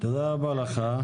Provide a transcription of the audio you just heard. תודה רבה לך.